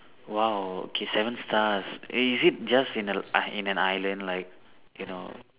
!wow! okay seven stars is it just in a i~ in an island like you know